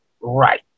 right